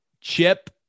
Chip